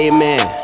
Amen